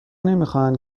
نمیخواهند